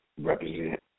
represent